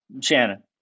Shannon